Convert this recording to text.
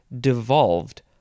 devolved